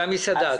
זה המסעדה.